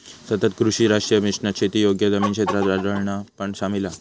सतत कृषी राष्ट्रीय मिशनात शेती योग्य जमीन क्षेत्राक वाढवणा पण सामिल हा